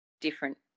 different